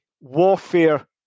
Warfare